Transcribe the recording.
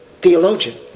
theologian